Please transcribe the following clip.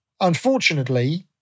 Unfortunately